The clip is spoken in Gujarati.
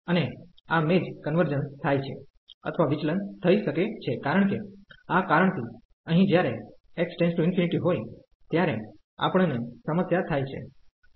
અને આ મેજ કન્વર્જન્સ થાય છે અથવા વિચલન થઈ શકે છે કારણ કે આ કારણ થી અહીં જ્યારે x →∞ હોય ત્યારે આપણ ને સમસ્યા થાય છે